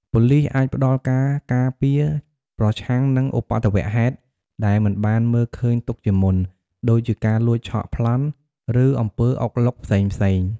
ប៉ូលីសអាចផ្តល់ការការពារប្រឆាំងនឹងឧបទ្ទវហេតុដែលមិនបានមើលឃើញទុកជាមុន ដូចជាការលួចឆក់ប្លន់ ឬអំពើអុកឡុកផ្សេងៗ។